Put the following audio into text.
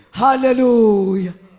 hallelujah